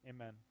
Amen